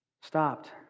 stopped